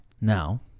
Now